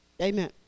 Amen